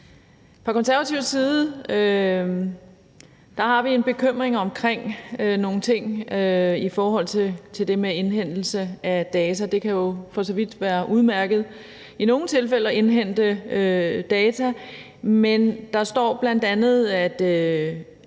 Fra Konservatives side har vi en bekymring omkring nogle ting i forbindelse med indhentelse af data. Det kan for så vidt være udmærket i nogle tilfælde at indhente data, men der står bl.a., at